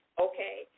okay